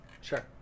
Sure